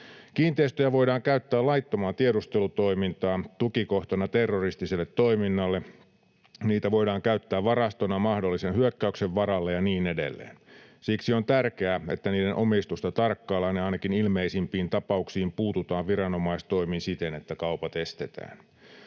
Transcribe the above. Kiinteistöjä voidaan käyttää laittomaan tiedustelutoimintaan, tukikohtana terroristiselle toiminnalle, niitä voidaan käyttää varastona mahdollisen hyökkäyksen varalle ja niin edelleen. Siksi on tärkeää, että niiden omistusta tarkkaillaan ja ainakin ilmeisimpiin tapauksiin puututaan viranomaistoimin siten, että kaupat estetään.